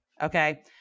okay